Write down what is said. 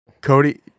Cody